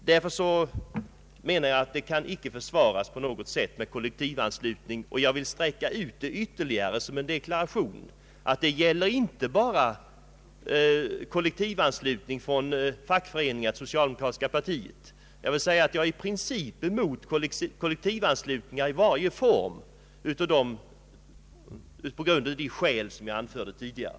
Jag menar därför att kollektivanslutning icke kan försvaras på något sätt, och jag vill utsträcka det ytterligare som en deklaration att detta inte bara gäller kollektivanslutning genom fackföreningar till socialdemokratiska par tiet utan även kollektivanslutning i varje annan form. Jag är i princip emot sådan kollektivanslutning av de skäl jag anfört tidigare.